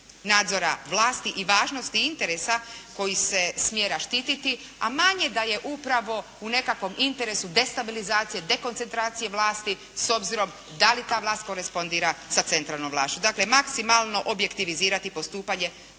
nadzora vlasti i važnosti interesa koji se smjera štititi, a manje da je u nekakvom interesu destabilizacije, dekoncentracije vlasti s obzirom da li ta vlast korespondira sa centralnom vlašću. Dakle, maksimalno objektivizirati postupanje